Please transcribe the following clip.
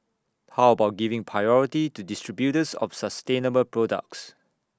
how about giving priority to distributors of sustainable products